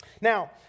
Now